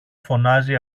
φωνάζει